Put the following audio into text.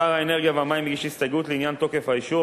שר האנרגיה והמים הגיש הסתייגות לעניין תוקף האישור,